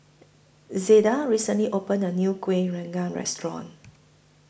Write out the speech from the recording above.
Zelda recently opened A New Kuih Rengas Restaurant